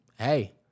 hey